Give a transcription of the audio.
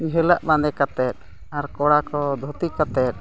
ᱡᱷᱟᱹᱞᱟᱜ ᱵᱟᱸᱫᱮ ᱠᱟᱛᱮᱫ ᱟᱨ ᱠᱚᱲᱟ ᱠᱚ ᱫᱷᱩᱛᱤ ᱠᱟᱛᱮᱫ